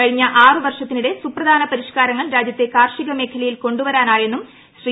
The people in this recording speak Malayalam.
കഴിഞ്ഞ വർഷത്തിനിടെ സുപ്രധാന പരിഷ്കാരങ്ങൾ രാജ്യത്തെ കാർഷിക മേഖലയിൽ കൊണ്ടുവരാനായെന്നും ശ്രീ